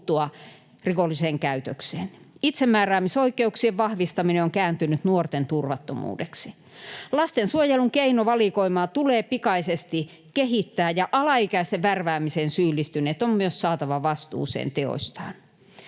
rikolliseen käytökseen. Itsemääräämisoikeuksien vahvistaminen on kääntynyt nuorten turvattomuudeksi. Lastensuojelun keinovalikoimaa tulee pikaisesti kehittää, ja alaikäisten värväämiseen syyllistyneet on myös saatava vastuuseen teoistaan.